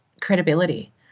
credibility